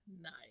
Nice